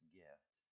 gift